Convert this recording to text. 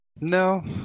No